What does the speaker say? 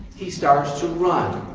he starts to run